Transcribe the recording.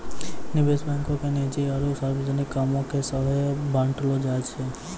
निवेश बैंको के निजी आरु सार्वजनिक कामो के सेहो बांटलो जाय छै